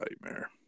nightmare